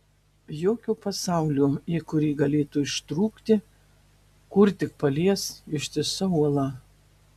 jokio pasaulio į kurį galėtų ištrūkti kur tik palies ištisa uola